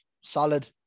solid